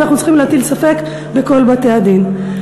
אנחנו צריכים להטיל ספק בכל בתי-הדין.